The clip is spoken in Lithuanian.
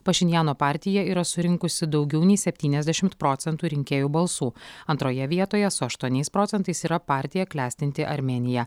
pašinjano partija yra surinkusi daugiau nei septyniasdešimt procentų rinkėjų balsų antroje vietoje su aštuoniais procentais yra partija klestinti armėnija